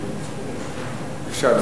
בבקשה,